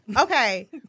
Okay